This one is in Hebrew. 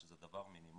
שזה דבר מינימלי,